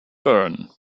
byrne